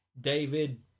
David